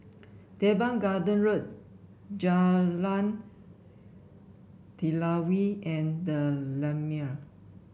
Teban Garden Road Jalan Telawi and the Lumiere